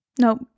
Nope